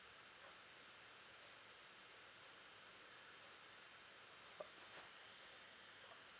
uh